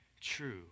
true